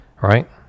right